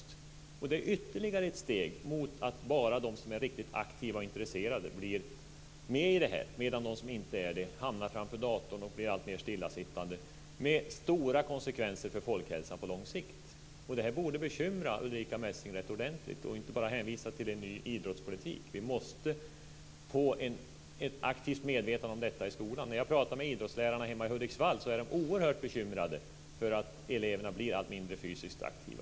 Det är ytterligare ett steg mot att bara de som är riktigt aktiva och intresserade blir med i det här, medan de som inte är det hamnar framför datorn och blir alltmer stillasittande med stora konsekvenser för folkhälsan på lång sikt. Det här borde bekymra Ulrica Messing rätt ordentligt. Hon kan inte bara hänvisa till en ny idrottspolitik. Vi måste få ett aktivt medvetande om detta i skolan. När jag pratar med idrottslärarna hemma i Hudiksvall är de oerhört bekymrade för att eleverna blir allt mindre fysiskt aktiva.